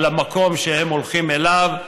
על המקום שהם הולכים אליו,